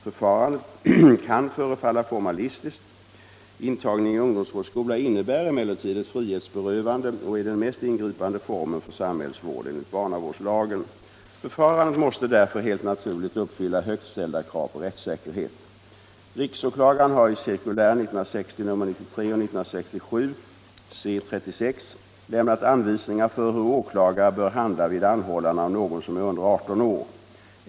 Förfarandet kan förefalla formalistiskt. Intagning i ungdomsvårdsskola innebär emellertid ett frihetsberövande och är den mest ingripande formen för samhällsvård enligt barnavårdslagen. Förfarandet måste därför helt naturligt uppfylla högt ställda krav på rättssäkerhet. Riksåklagaren har i cirkulär 1960 och 1967 lämnat anvisningar för hur åklagare bör handla vid anhållande av någon som är under 18 år.